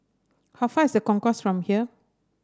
how far is The Concourse from here